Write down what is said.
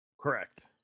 Correct